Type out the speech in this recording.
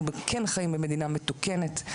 אנחנו כן חיים במדינה מתוקנת,